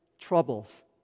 troubles